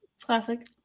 Classic